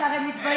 ואתה הרי מתבייש,